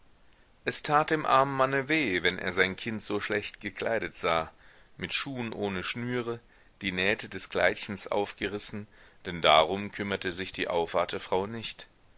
es tat dem armen manne weh wenn er sein kind so schlecht gekleidet sah mit schuhen ohne schnüre die nähte des kleidchens aufgerissen denn darum kümmerte sich die aufwartefrau nicht